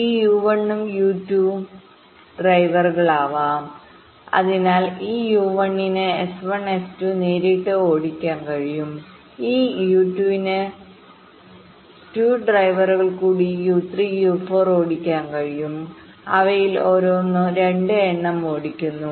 ഈ U1 ഉം U2 ഉം ഡ്രൈവറുകളാകാം അതിനാൽ ഈ U1 ന് ഈ S1 S2 നേരിട്ട് ഓടിക്കാൻ കഴിയും ഈ U2 ന് 2 ഡ്രൈവറുകൾ കൂടി U3 U4 ഓടിക്കാൻ കഴിയും അവയിൽ ഓരോന്നും 2 എണ്ണം ഓടിക്കുന്നു